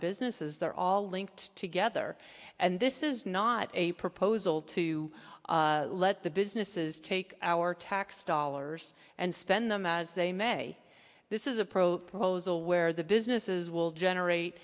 businesses they're all linked together and this is not a proposal to let the businesses take our tax dollars and spend them as they may this is a pro proposal where the businesses will generate